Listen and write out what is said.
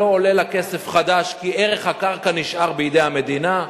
לא עולה לה כסף חדש כי ערך הקרקע נשאר בידי המדינה,